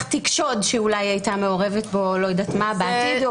תיק שוד שאולי היא הייתה מעורבת בו בעבר או תהיה מעורבת בו בעתיד.